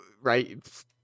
right